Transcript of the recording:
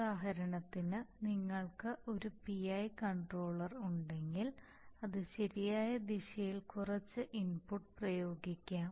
ഉദാഹരണത്തിന് നിങ്ങൾക്ക് ഒരു PI കൺട്രോളർ ഉണ്ടെങ്കിൽ അത് ശരിയായ ദിശയിൽ കുറച്ച് ഇൻപുട്ട് പ്രയോഗിക്കും